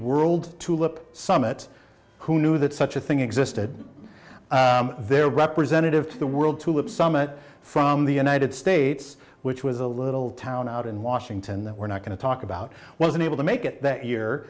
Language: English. world tulip summit who knew that such a thing existed their representative to the world tulip summit from the united states which was a little town out in washington that we're not going to talk about wasn't able to make it that year